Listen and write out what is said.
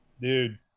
dude